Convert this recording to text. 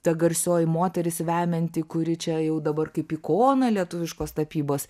ta garsioji moteris vemianti kuri čia jau dabar kaip ikona lietuviškos tapybos